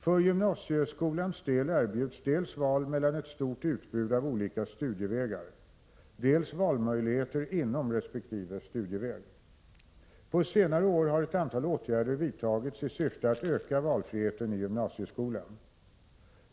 För gymnasieskolans del erbjuds dels val mellan ett stort utbud av olika studievägar, dels valmöjligheter inom resp. studieväg. På senare år har ett antal åtgärder vidtagits i syfte att öka valfriheten i gymnasieskolan.